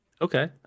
Okay